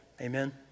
Amen